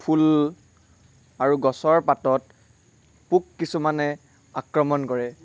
ফুল আৰু গছৰ পাতত পোক কিছুমানে আক্ৰমণ কৰে